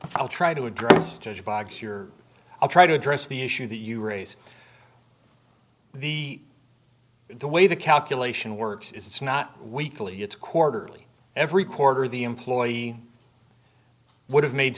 i'll try to address you by a cure i'll try to address the issue that you raise the the way the calculation works it's not weekly it's quarterly every quarter the employee would have made